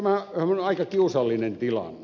tämähän on aika kiusallinen tilanne